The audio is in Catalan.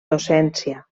docència